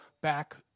back